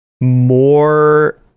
more